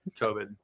COVID